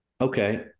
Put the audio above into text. Okay